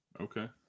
Okay